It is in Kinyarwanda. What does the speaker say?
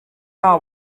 nta